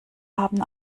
haben